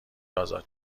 ازاد